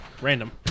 Random